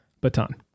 Baton